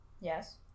Yes